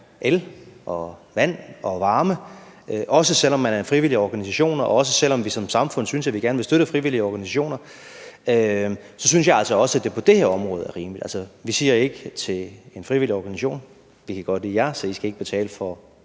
el, vand og varme, også selv om man er en frivillig organisation, og også selv om vi som samfund synes, at vi gerne vil støtte frivillige organisationer, synes jeg altså også, at det på det her område er rimeligt. Vi siger ikke til en frivillig organisation: Vi kan godt lide jer, så I skal ikke betale for